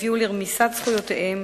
הביאו לרמיסת זכויותיהם